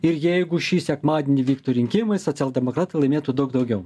ir jeigu šį sekmadienį vyktų rinkimai socialdemokratai laimėtų daug daugiau